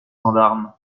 gendarme